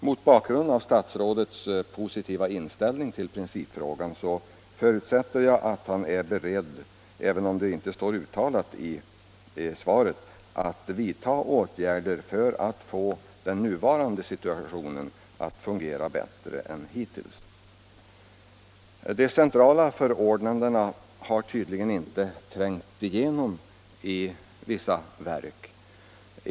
Mot bakgrund av statsrådets positiva inställning i principfrågan förutsätter jag — även om det inte uttalas i svaret — att statsrådet är beredd att vidta åtgärder för att få den nuvarande ordningen att fungera bättre än den gjort hittills. De centrala förordnandena har tydligen inte trängt igenom i vissa statliga verk.